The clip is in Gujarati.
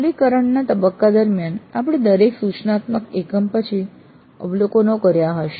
અમલીકરણના તબક્કા દરમિયાન આપણે દરેક સૂચનાત્મક એકમ પછી અવલોકનો કર્યા હશે